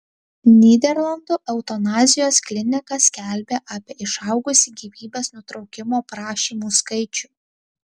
nyderlandų eutanazijos klinika skelbia apie išaugusį gyvybės nutraukimo prašymų skaičių